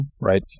right